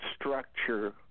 structure